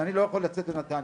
אז אני לא יכול לצאת מנתניה,